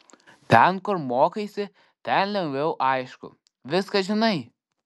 ten kur mokaisi ten lengviau aišku viską žinai